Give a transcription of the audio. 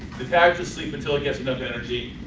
the tag just sleeps until it gets enough energy.